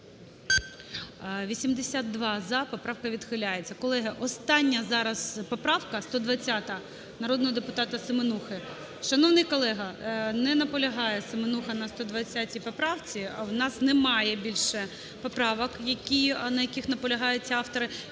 За-82 Поправка відхиляється. Колеги, остання зараз поправка, 120-а, народного депутата Семенухи. Шановний колега! Не наполягає Семенуха на 120 поправці. В нас немає більше поправок, на яких наполягають автори.